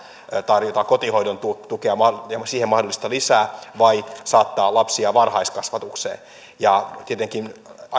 tarjota kotihoidon tukea ja siihen mahdollista lisää vai saattaa lapsia varhaiskasvatukseen tietenkään